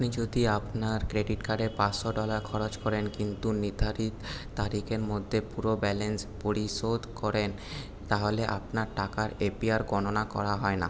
আপনি যদি আপনার ক্রেডিট কার্ডে পাঁচশো ডলার খরচ করেন কিন্তু নির্ধারিত তারিখের মধ্যে পুরো ব্যালেন্স পরিশোধ করেন তাহলে আপনার টাকার এপিআর গণনা করা হয় না